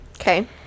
Okay